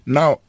Now